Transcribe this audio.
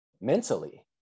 mentally